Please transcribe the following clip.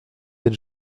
êtes